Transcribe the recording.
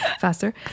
faster